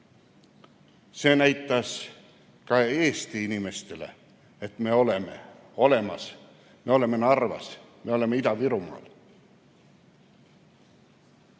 See näitas ka Eesti inimestele, et me oleme olemas, me oleme Narvas, me oleme Ida-Virumaal.